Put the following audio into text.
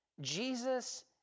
Jesus